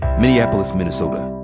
minneapolis, minnesota.